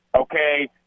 okay